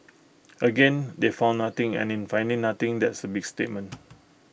again they found nothing and in finding nothing that's A big statement